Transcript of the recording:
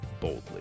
boldly